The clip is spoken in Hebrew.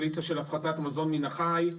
והפחתת מזון מן החי,